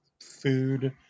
food